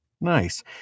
Nice